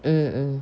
mm mm